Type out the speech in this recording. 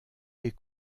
des